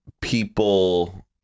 people